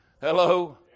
Hello